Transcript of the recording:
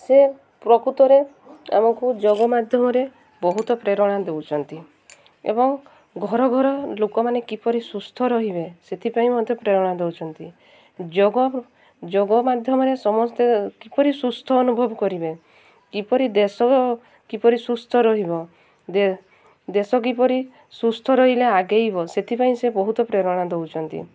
ସେ ପ୍ରକୃତରେ ଆମକୁ ଯୋଗ ମାଧ୍ୟମରେ ବହୁତ ପ୍ରେରଣା ଦେଉଛନ୍ତି ଏବଂ ଘର ଘର ଲୋକମାନେ କିପରି ସୁସ୍ଥ ରହିବେ ସେଥିପାଇଁ ମଧ୍ୟ ପ୍ରେରଣା ଦେଉଛନ୍ତି ଯୋଗ ଯୋଗ ମାଧ୍ୟମରେ ସମସ୍ତେ କିପରି ସୁସ୍ଥ ଅନୁଭବ କରିବେ କିପରି ଦେଶ କିପରି ସୁସ୍ଥ ରହିବ ଦେଶ କିପରି ସୁସ୍ଥ ରହିଲେ ଆଗେଇବ ସେଥିପାଇଁ ସେ ବହୁତ ପ୍ରେରଣା ଦେଉଛନ୍ତି